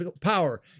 power